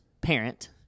parent